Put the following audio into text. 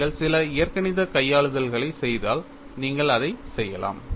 நீங்கள் சில இயற்கணித கையாளுதல்களைச் செய்தால் நீங்கள் அதைச் செய்யலாம்